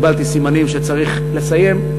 קיבלתי סימנים שצריך לסיים,